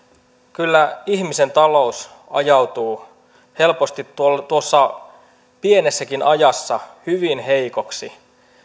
kyllä ihmisen talous ajautuu helposti tuossa pienessäkin ajassa hyvin heikoksi